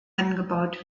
angebaut